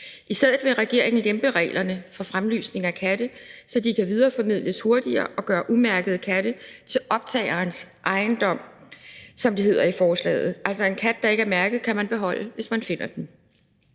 I stedet vil regeringen lempe reglerne for fremlysning af katte, så de kan videreformidles hurtigere, og gøre umærkede katte til optagerens ejendom, som det hedder i forslaget – altså en kat, der ikke er mærket, kan man beholde, hvis man finder den.